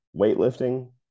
weightlifting